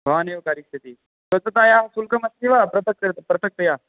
भवान् एव करिष्यति स्वच्छतायाः शुल्कम् अस्ति वा पृथक् पृथक्तया